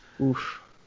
oof